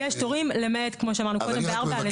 אין בעיה יש תורים למעט כמו שאמרנו קודם בארבע הלשכות.